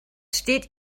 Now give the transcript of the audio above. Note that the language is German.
steht